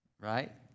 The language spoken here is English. Right